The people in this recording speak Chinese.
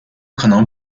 可能